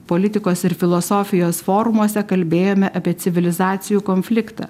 politikos ir filosofijos forumuose kalbėjome apie civilizacijų konfliktą